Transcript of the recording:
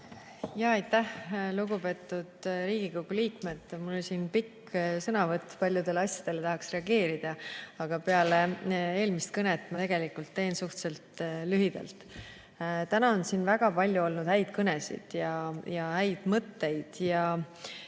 Aitäh! Lugupeetud Riigikogu liikmed! Mul oli [mõttes] pikk sõnavõtt, paljudele asjadele tahaks reageerida, aga peale eelmist kõnet ma tegelikult teen suhteliselt lühidalt. Täna on siin väga palju olnud häid kõnesid ja häid mõtteid.